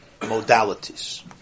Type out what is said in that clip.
modalities